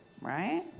right